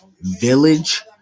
village